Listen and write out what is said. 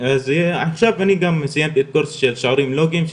עכשיו אני סיימתי גם קורס של שיעורים לוגיים,